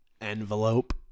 Envelope